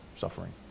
suffering